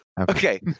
Okay